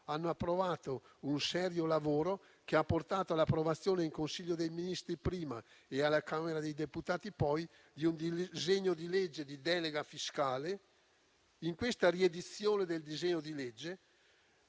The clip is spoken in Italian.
hanno svolto un serio lavoro, che ha portato all'approvazione - in Consiglio dei ministri prima e alla Camera dei deputati poi - di un disegno di legge di delega fiscale. In questa riedizione del disegno di legge